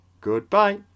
Goodbye